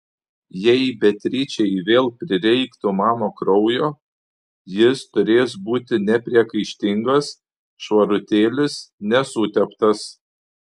jei beatričei vėl prireiktų mano kraujo jis turės būti nepriekaištingas švarutėlis nesuteptas